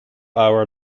hour